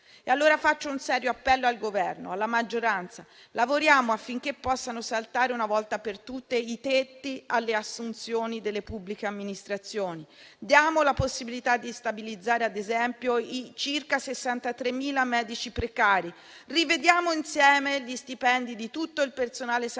allora un serio appello al Governo e alla maggioranza: lavoriamo affinché possano saltare una volta per tutte i tetti alle assunzioni delle pubbliche amministrazioni. Diamo la possibilità di stabilizzare, ad esempio, i circa 63.000 medici precari. Rivediamo insieme gli stipendi di tutto il personale sanitario.